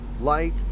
light